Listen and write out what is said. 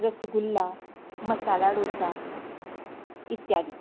रसगुल्ला मसाला डोसा इत्यादी